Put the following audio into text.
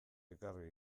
ekarri